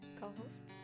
Co-host